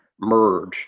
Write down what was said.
merge